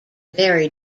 vary